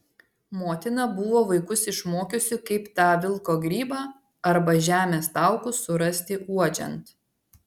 motina buvo vaikus išmokiusi kaip tą vilko grybą arba žemės taukus surasti uodžiant